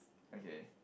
okay